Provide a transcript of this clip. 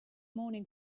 morning